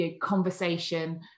conversation